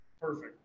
Perfect